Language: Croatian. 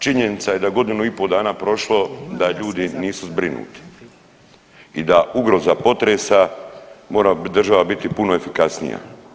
Činjenica je da godinu i po dana prošlo da ljudi nisu zbrinuti i da ugroza potresa mora država biti puno efikasnija.